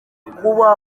kuba